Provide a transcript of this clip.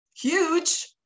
huge